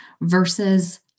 versus